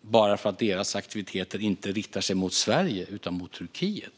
bara för att deras aktiviteter inte riktas mot Sverige utan mot Turkiet.